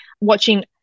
watching